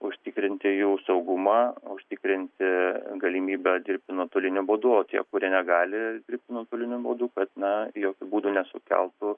užtikrinti jų saugumą užtikrinti galimybę dirbti nuotoliniu būdu o tie kurie negali dirbti nuotoliniu būdu kad na jokiu būdu nesukeltų